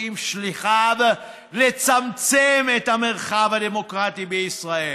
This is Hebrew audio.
עם שליחיו לצמצם את המרחב הדמוקרטי בישראל.